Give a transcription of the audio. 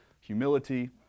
humility